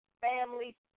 family